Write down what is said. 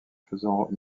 faisant